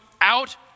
out